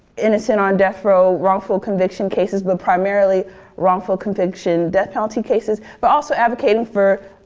innocent on death row wrongful conviction cases, but primarily wrongful conviction death penalty cases but also advocating for